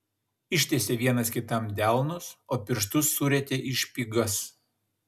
ištiesė vienas kitam delnus o pirštus surietė į špygas